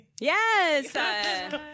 Yes